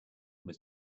was